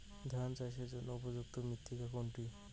ধান চাষের জন্য উপযুক্ত মৃত্তিকা কোনটি?